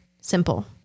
simple